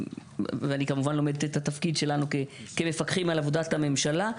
אני כמובן לומדת את התפקיד שלנו כמפקחים על עבודת הממשלה.